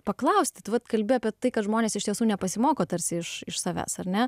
paklausti tu vat kalbi apie tai kad žmonės iš tiesų nepasimoko tarsi iš iš savęs ar ne